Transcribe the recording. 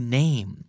name